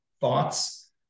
thoughts